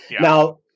Now